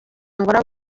angola